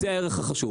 זה הערך החשוב.